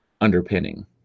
underpinning